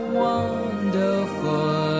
wonderful